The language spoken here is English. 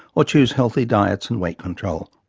or choose healthy diets and weight control.